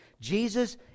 Jesus